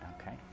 okay